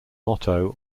motto